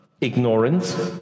ignorance